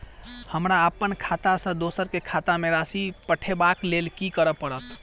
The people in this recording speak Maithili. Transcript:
हमरा अप्पन खाता सँ दोसर केँ खाता मे राशि पठेवाक लेल की करऽ पड़त?